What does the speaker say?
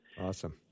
Awesome